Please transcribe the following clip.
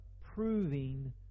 proving